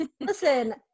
listen